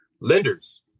lenders